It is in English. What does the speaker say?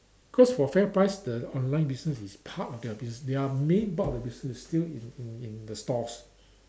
cause for FairPrice the online business is part of their business their main bulk of business is still in in in the stores